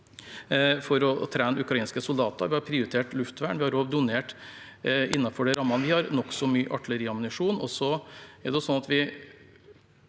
for å trene ukrainske soldater. Vi har prioritert luftvern, og vi har også – innenfor de rammene vi har – donert nokså mye artilleriammunisjon.